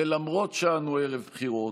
ולמרות שאנו ערב בחירות,